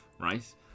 right